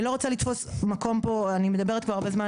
אני לא רוצה לתפוס מקום אני מדברת כבר הרבה זמן,